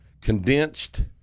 condensed